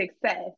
success